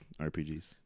RPGs